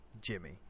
Jimmy